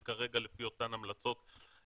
שכרגע לפי אותן המלצות,